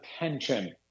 attention